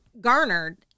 garnered